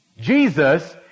Jesus